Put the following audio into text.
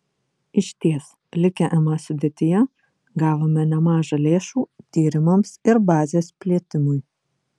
išties likę ma sudėtyje gavome nemaža lėšų tyrimams ir bazės plėtimui